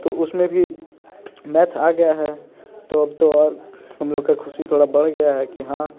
तो उसमें भी मैथ आ गया है तो अब तो और हम लोग का खुशी थोड़ा बढ़ गया है कि हाँ